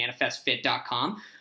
ManifestFit.com